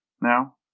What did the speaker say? now